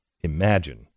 Imagine